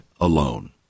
alone